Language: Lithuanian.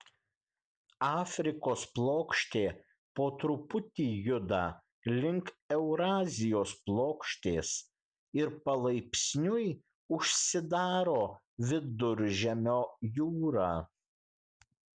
afrikos plokštė po truputį juda link eurazijos plokštės ir palaipsniui užsidaro viduržemio jūra